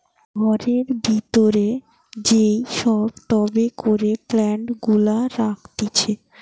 ঘরের ভিতরে যেই সব টবে করে প্লান্ট গুলা রাখতিছে